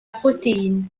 protéine